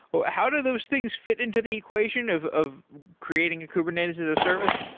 but how do those things fit into the equation of of creating a kubernetes as a service?